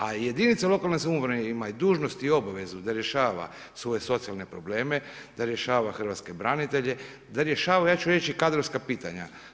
A jedinica lokalne samouprave imaju dužnost i obavezu da rješava svoje socijalne probleme, da rješava hrvatske branitelje, da rješava ja ću reći kadrovska pitanja.